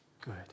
good